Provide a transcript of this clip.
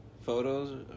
photos